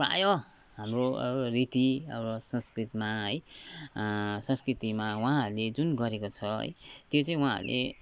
प्राय हाम्रो रीति हाम्रो संस्कृतमा है संस्कृतिमा उहाँहरूले जुन गरेको छ है त्यो चाहिँ उहाँहरूले